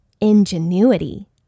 Ingenuity